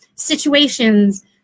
situations